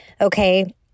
okay